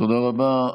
תודה רבה.